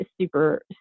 super